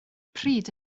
pryd